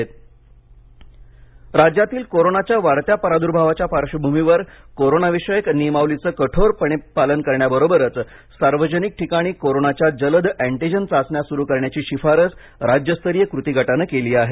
महा चाचण्या राज्यातील कोरोनाच्या वाढत्या प्रादुर्भावाच्या पार्श्वभूमीवर कोरोनाविषयक नियमावलीचं कठोरपणे पालन करण्याबरोबरच सार्वजनिक ठिकाणी कोरोनाच्या जलद अँटीजेन चाचण्या सुरु करण्याची शिफारस राज्यस्तरीय कृती गटानं केली आहे